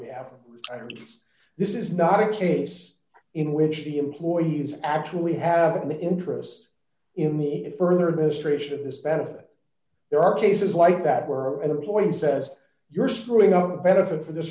have this is not a case in which the employees actually have an interest in the further administration this benefit there are cases like that where an employee says you're screwing up a benefit for this